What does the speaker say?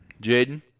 Jaden